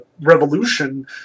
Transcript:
revolution